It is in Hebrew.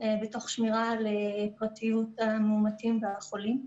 ותוך שמירה על פרטיות המאומתים והחולים.